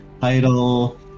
title